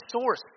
source